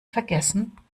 vergessen